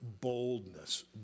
Boldness